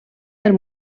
del